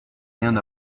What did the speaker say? rien